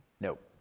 Nope